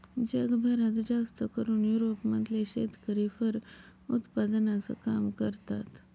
जगभरात जास्तकरून युरोप मधले शेतकरी फर उत्पादनाचं काम करतात